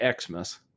Xmas